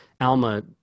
Alma